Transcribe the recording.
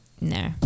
No